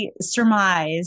surmise